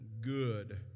good